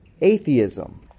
atheism